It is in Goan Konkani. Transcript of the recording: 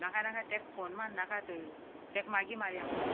नाका नाका ताका फोन मार नाकात ताका मागीर मारया फोन